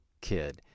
kid